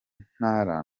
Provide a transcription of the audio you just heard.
ntara